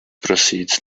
proceeds